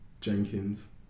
Jenkins